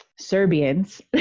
Serbians